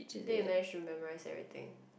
then you managed to memorise everything